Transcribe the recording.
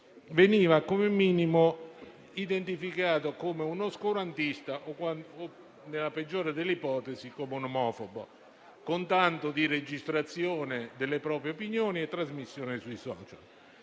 minimo veniva identificato come un oscurantista o, nella peggiore delle ipotesi, come un omofobo, con tanto di registrazione delle proprie opinioni e trasmissione sui *social.*